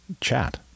chat